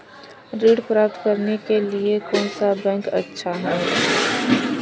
ऋण प्राप्त करने के लिए कौन सा बैंक अच्छा है?